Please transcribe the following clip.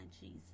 Jesus